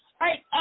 right